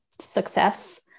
Success